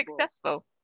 successful